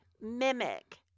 mimic